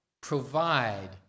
provide